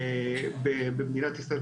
במדינת ישראל,